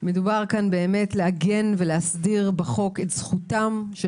מדובר פה לעגן ולהסדיר בחוק את זכותם של